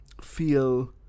feel